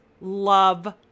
love